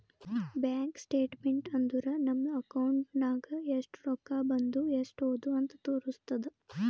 bank statement ಅಂದುರ್ ನಮ್ದು account ನಾಗ್ ಎಸ್ಟ್ ರೊಕ್ಕಾ ಬಂದು ಎಸ್ಟ್ ಹೋದು ಅಂತ್ ತೋರುಸ್ತುದ್